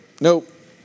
nope